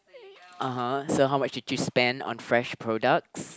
(uh huh) so how much did you spend on Fresh products